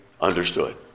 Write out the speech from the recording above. understood